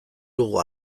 dugu